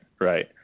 right